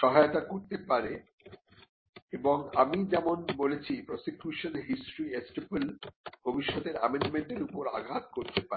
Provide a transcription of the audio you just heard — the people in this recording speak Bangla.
সহায়তা করতে পারে এবং আমি যেমন বলেছি প্রসেকিউশন হিস্টরি এস্টপেল ভবিষ্যতের আমেন্ডমেন্ট এর উপর আঘাত করতে পারে